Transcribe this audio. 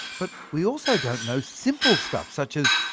but we also don't know simple stuff such as,